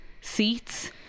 seats